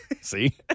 See